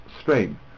strain